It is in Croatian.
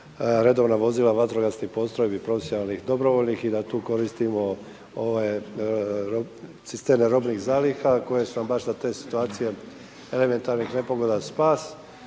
redovna vozila vatrogasnih postrojbi, profesionalnih i odbravljanih i da tu koristimo ove cisterne robnih zaliha, koji su vam baš za te situacije elementarnih nepogoda spas